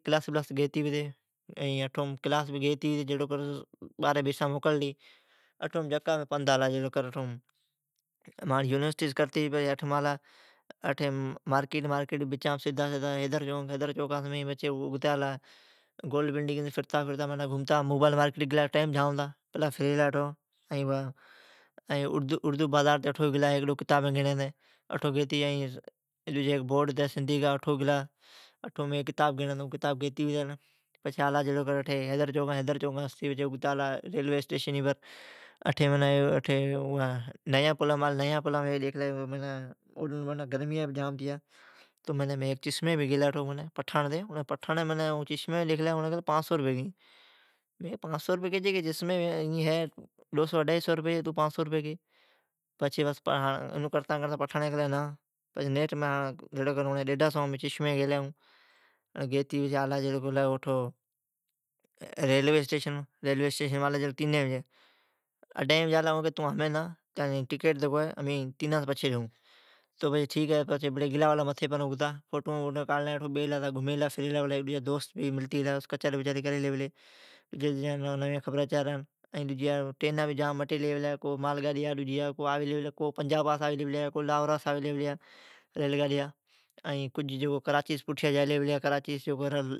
کلاس بلاس گیتی پتی ائین کلاس ائین بارھن بیسا بر موکل ھلی، ائین امین یکا پند آلا اٹھو سون یونیسٹیس کرتی مارکیٹ پچھی حیدر چوک اوسون پچھی گولڈ بلنڈگ بوبائیل مارکیٹ۔ ٹیم جام ھتا پلا فریلا۔ اردو بزار آلا اٹھو ھیک ڈو کتابین گیڑین ھتین او سون پچھی سندھی بورڈ اٹھو ھیک کتاب گیڑین ھتین۔ حیدر چوک آلااو سون پچھی ریلوی اسٹیشن آلا۔ نئی پلام آلا اٹھو گرمی بھی ھتی مین پٹھاڑاٹھ ھیک چشمی پچھالی اوڑین کیلی مین پانچ سئو رپئی گیئین۔ مین کیلی پانچ سئو کیون گی ڈئون اڈھائیا سوان جی چشمی ہے پٹھاڑین کیلی نا ایون کرتی ڈیڈھا سوام گیلی۔ پچھی گلا ریلوی اسٹیشن اوڑین کیلی تو تینین بجی آیو پچھی مین گلا اگتا فوٹوین ڈجین کاڈھلین ائین ھیک ڈجی دوست مالی او سون کچھری کرلی۔ ائین کو ریل گاڈیا ائی مال گاڈیا آویلیا پلیا کو پنجاباس آویلیا پلیا کو لایوراس آوی لیا پلیا۔